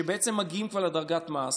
שבעצם כבר מגיעים לדרגת המס,